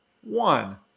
One